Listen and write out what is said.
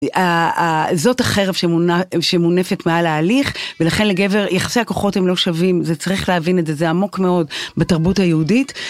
אה, אה, זאת החרב שמונ.. שמונפת מעל ההליך ולכן לגבר, יחסי הכוחות הם לא שווים, זה צריך להבין את זה, זה עמוק מאוד בתרבות היהודית.